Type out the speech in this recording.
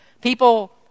people